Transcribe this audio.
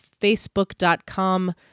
Facebook.com